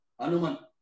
Anuman